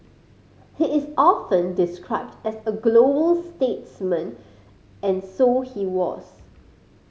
he is often described as a global statesman and so he was